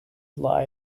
lie